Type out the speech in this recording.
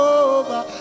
over